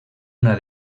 una